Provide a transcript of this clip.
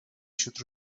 should